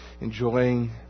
enjoying